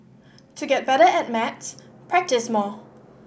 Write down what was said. to get better at maths practise more